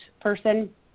person